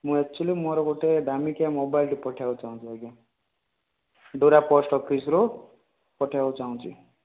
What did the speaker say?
ମୁଁ ଆକ୍ଚୁଆଲି ମୋର ଗୋଟେ ଦାମିକିଆ ମୋବାଇଲ୍ଟେ ପଠାଇବାକୁ ଚାହୁଁଛି ଆଜ୍ଞା ଡୋରା ପୋଷ୍ଟ୍ ଅଫିସରୁ ପଠାଇବାକୁ ଚାହୁଁଛି